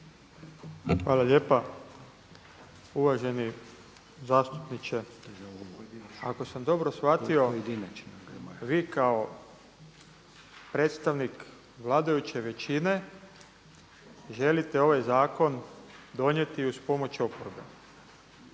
Hvala lijepa. Uvaženi zastupniče ako sam dobro shvatio vi kao predstavnik vladajuće većine želite ovaj zakon donijeti uz pomoć oporbe.